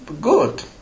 good